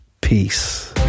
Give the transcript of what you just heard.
peace